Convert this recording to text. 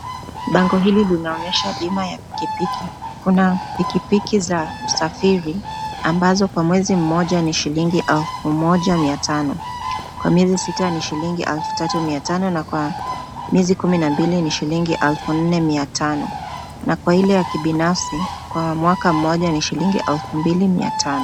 Bango hili linaonyesha bima ya pikipiki. Kuna pikipiki za usafiri ambazo kwa mwezi moja ni shilingi elfu moja mia tano kwa miezi sita ni shilingi elfu tatu mia tano na kwa miezi kumi na mbili ni shilingi elfu nne mia tano na kwa ile ya kibinafsi kwa mwaka mmoja ni shilingi elfu mbili mia tano.